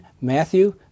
Matthew